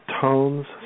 tones